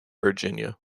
virginia